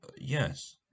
yes